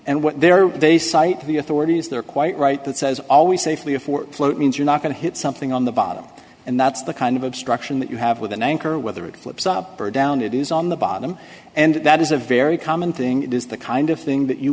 and what they are they cite the authorities there quite right that says always safely if float means you're not going to hit something on the bottom and that's the kind of obstruction that you have with an anchor whether it flips up or down it is on the bottom and that is a very common thing it is the kind of thing that you